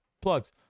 plugs